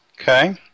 Okay